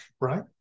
right